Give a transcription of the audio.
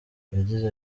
yagize